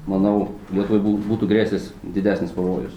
manau lietuvai bū būtų grėsęs didesnis pavojus